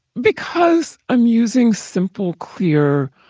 because i'm using simple, clear,